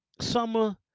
summer